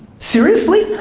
seriously?